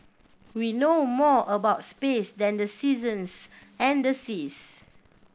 we know more about space than the seasons and the seas